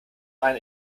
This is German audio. ein